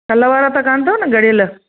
कल्ह वारा त कान अथव न ॻड़ियल